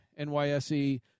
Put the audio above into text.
NYSE